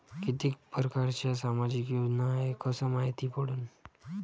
कितीक परकारच्या सामाजिक योजना हाय कस मायती पडन?